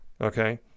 okay